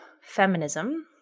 feminism